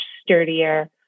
sturdier